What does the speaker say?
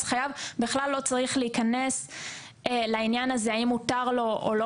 חייו בישראל בכלל לא צריך לעניין הזה של האם מותר לו או לא